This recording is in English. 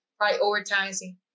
prioritizing